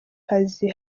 kazi